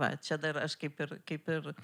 va čia dar aš kaip ir kaip ir